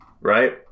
right